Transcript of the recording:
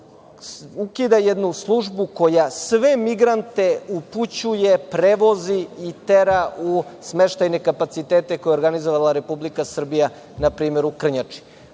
ukida jednu službu koja sve migrante upućuje, prevozi i tera u smeštajne kapacitete koje je organizovala Republika Srbija, na primer u Krnjači.